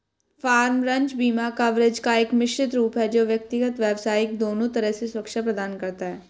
farm, ranch बीमा coverage का एक मिश्रित रूप है जो व्यक्तिगत, व्यावसायिक दोनों तरह से सुरक्षा प्रदान करता है